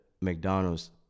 McDonald's